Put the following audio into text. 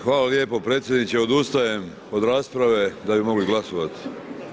Hvala lijepo predsjedniče odustajem od rasprave da bi mogli glasovati.